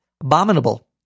abominable